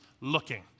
looking